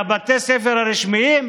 מעטים מבתי הספר הרשמיים,